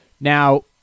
Now